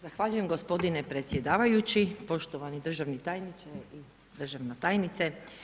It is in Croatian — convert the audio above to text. Zahvaljujem gospodine predsjedavajući, poštovani državni tajniče i državna tajnice.